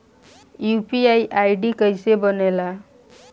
UPI ID कैसे बनेला?